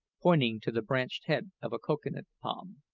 pointing to the branched head of a cocoa-nut palm.